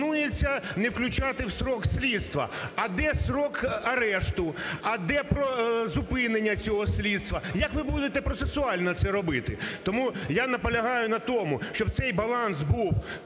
пропонується не включати в строк слідства. А де строк арешту? А де зупинення цього слідства? Як ви будете процесуально це робити? Тому я наполягаю на тому, щоб цей баланс був